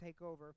takeover